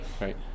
right